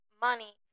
money